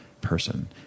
person